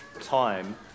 time